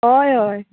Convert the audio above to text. हय हय